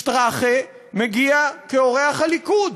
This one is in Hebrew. שטראכה, מגיע כאורח הליכוד.